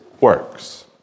works